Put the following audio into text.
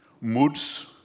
moods